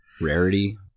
Rarity